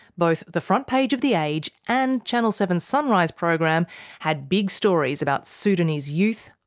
both the front page of the age and channel seven's sunrise program had big stories about sudanese youth,